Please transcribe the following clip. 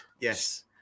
yes